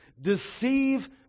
deceive